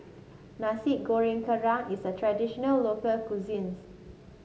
Nasi Goreng Kerang is a traditional local cuisines